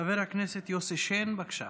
חבר הכנסת יוסי שיין, בבקשה.